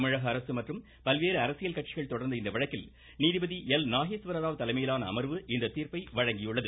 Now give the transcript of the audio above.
தமிழக அரசு மற்றும் பல்வேறு அரசியல் கட்சிகள் தொடர்ந்த இந்த வழக்கில் நீதிபதி நாகேஸ்வரராவ் தலைமையிலான அமர்வு இந்த தீர்ப்பை வழங்கியுள்ளது